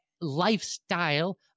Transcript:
lifestyle